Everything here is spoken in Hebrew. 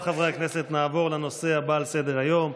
נעבור לנושא הבא על סדר-היום,